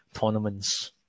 tournaments